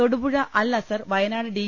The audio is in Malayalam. തൊടുപുഴ അൽ അസർ വയനാട് ഡി